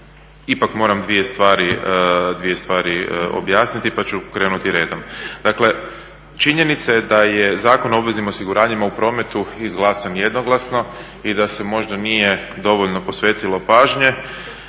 ipak moram dvije stvari objasniti, pa ću krenuti redom. Dakle, činjenica je da je Zakon o obveznim osiguranjima u prometu izglasan jednoglasno i da se možda nije dovoljno posvetilo pažnje.